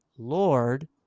Lord